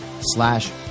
slash